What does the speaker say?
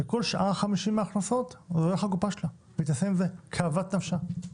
שכל שאר 50% מההכנסות הולך לקופה שלה והיא תעשה עם זה כאוות נפשה.